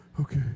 Okay